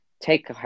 take